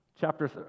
Chapter